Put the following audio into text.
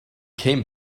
came